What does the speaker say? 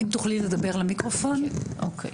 אני